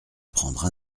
prendre